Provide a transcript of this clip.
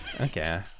Okay